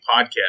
podcast